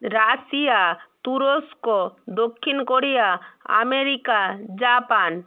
Russia তুরস্ক দক্ষিণ Korea America Japan